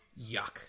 Yuck